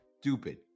stupid